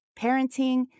Parenting